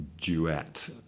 duet